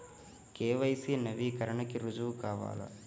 KYC నవీకరణకి రుజువు కావాలా?